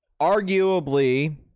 arguably